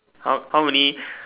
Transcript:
how how many